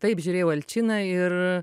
taip žiūrėjau alčiną ir